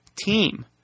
team